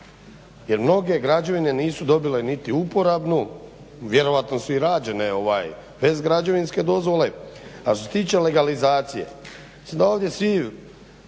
jer mnoge građevine nisu dobile niti uporabnu, vjerojatno su i građene bez građevinske dozvole. A što se tiče legalizacije, mislim da ovdje svi